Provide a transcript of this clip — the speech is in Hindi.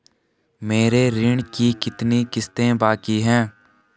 मेरे ऋण की कितनी किश्तें बाकी हैं?